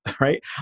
right